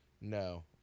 no